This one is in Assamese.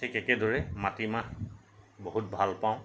ঠিক একেদৰে মাটিমাহ বহুত ভালপাওঁ